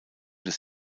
des